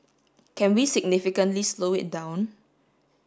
can we significantly slow it down